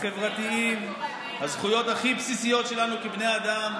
החברתיים, הזכויות הכי בסיסיות שלנו כבני אדם,